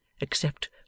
except